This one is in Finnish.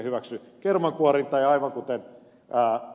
aivan kuten ed